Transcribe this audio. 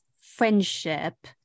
friendship